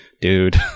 dude